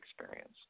experience